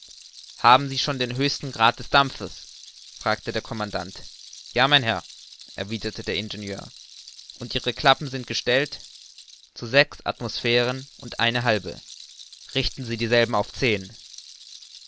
haben sie den höchsten grad des dampfes fragte der commandant ja mein herr erwiderte der ingenieur und ihre klappen sind gestellt zu sechs atmosphären und eine halbe richten sie dieselben auf zehn